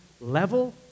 level